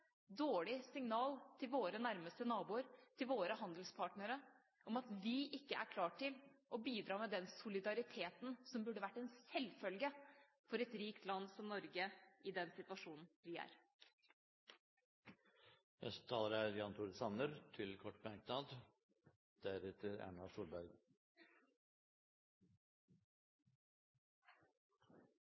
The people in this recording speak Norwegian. dårlig signal til våre nærmeste naboer og handelspartnere om at vi ikke er klare til å bidra med den solidariteten som burde vært en selvfølge for et rikt land som Norge, i den situasjonen vi er i. Representanten Torgeir Micaelsen er